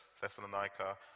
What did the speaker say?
Thessalonica